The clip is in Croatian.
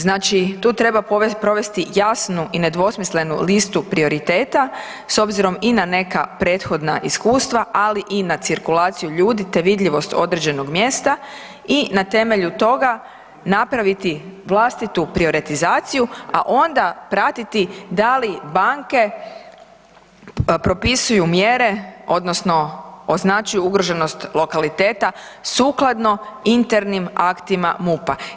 Znači tu treba provesti jasnu i nedvosmislenu listu prioriteta s obzirom i na neka prethodna iskustva, ali i na cirkulaciju ljudi, te vidljivost određenog mjesta i na temelju toga napraviti vlastitu prioritetizaciju, a onda pratiti da li banke propisuju mjere, odnosno označuju ugroženost lokaliteta sukladno internim aktima MUP-a.